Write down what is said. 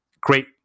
Great